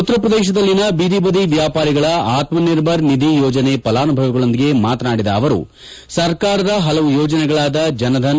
ಉತ್ತರ ಪ್ರದೇಶದಲ್ಲಿನ ಬೀದಿಬದಿ ವ್ಯಾಪಾರಿಗಳ ಆತ್ಮ ನಿರ್ಭರ್ ನಿಧಿ ಯೋಜನೆ ಫಲಾನುಭವಿಗಳೊಂದಿಗೆ ಮಾತನಾಡಿದ ಅವರು ಸರ್ಕಾರದ ಹಲವು ಯೋಜನೆಗಳಾದ ಜನಧನ್